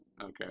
Okay